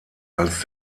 als